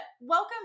welcome